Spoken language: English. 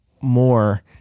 more